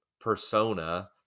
persona